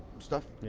stuff,